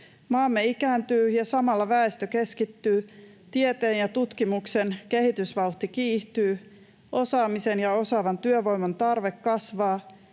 Maamme ikääntyy ja samalla väestö keskittyy, tieteen ja tutkimuksen kehitysvauhti kiihtyy, osaamisen ja osaavaan työvoiman tarve kasvaa,